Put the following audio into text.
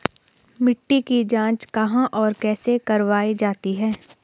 मिट्टी की जाँच कहाँ और कैसे करवायी जाती है?